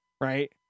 right